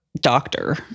Doctor